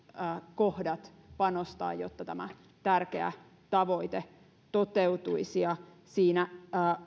kohdat panostaa jotta tämä tärkeä tavoite toteutuisi ja siinä